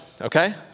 okay